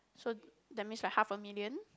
so that's means like half a million